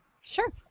Sure